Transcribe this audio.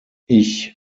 ich